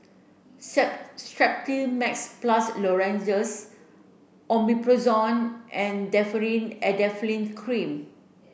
Strepsils Max Plus Lozenges Omeprazole and Differin Adapalene Cream